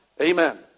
Amen